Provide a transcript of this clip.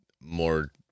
more